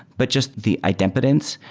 but just the idempotence,